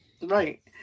Right